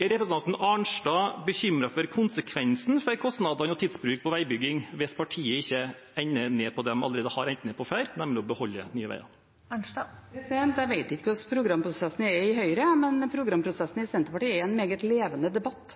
Er representanten Arnstad bekymret for konsekvensen for kostnader og tidsbruk på veibygging hvis partiet ikke ender ned på det de allerede her endt ned på før, nemlig å beholde Nye Veier? Jeg vet ikke hvordan programprosessen er i Høyre, men programprosessen i Senterpartiet er en meget levende debatt.